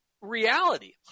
reality